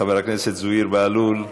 חבר הכנסת זוהיר בהלול,